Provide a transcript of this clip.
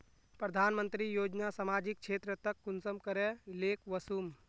प्रधानमंत्री योजना सामाजिक क्षेत्र तक कुंसम करे ले वसुम?